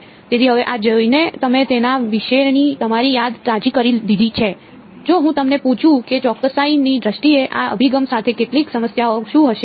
તેથી હવે આ જોઈને તમે તેના વિશેની તમારી યાદ તાજી કરી દીધી છે જો હું તમને પૂછું કે ચોકસાઈની દ્રષ્ટિએ આ અભિગમ સાથે કેટલીક સમસ્યાઓ શું હશે